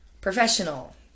professional